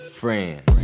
friends